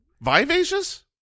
Vivacious